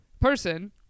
person